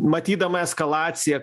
matydama eskalaciją